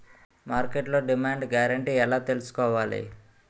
మార్కెట్లో demand guarantee ఎలా తెల్సుకోవాలి?